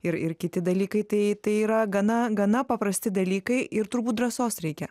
ir ir kiti dalykai tai tai yra gana gana paprasti dalykai ir turbūt drąsos reikia